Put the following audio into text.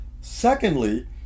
Secondly